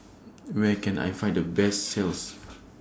Where Can I Find The Best sells